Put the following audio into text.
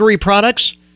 products